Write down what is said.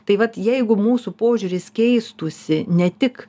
tai vat jeigu mūsų požiūris keistųsi ne tik